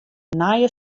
nije